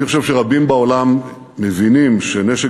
אני חושב שרבים בעולם מבינים שנשק